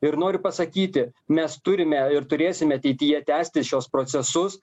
ir noriu pasakyti mes turime ir turėsime ateityje tęsti šiuos procesus